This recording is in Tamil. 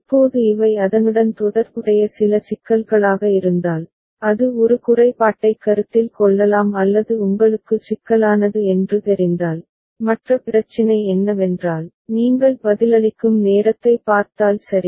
இப்போது இவை அதனுடன் தொடர்புடைய சில சிக்கல்களாக இருந்தால் அது ஒரு குறைபாட்டைக் கருத்தில் கொள்ளலாம் அல்லது உங்களுக்கு சிக்கலானது என்று தெரிந்தால் மற்ற பிரச்சினை என்னவென்றால் நீங்கள் பதிலளிக்கும் நேரத்தைப் பார்த்தால் சரி